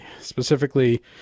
specifically